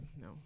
no